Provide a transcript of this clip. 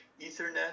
Ethernet